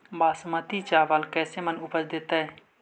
बासमती चावल कैसे मन उपज देतै?